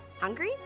Hungry